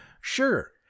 sure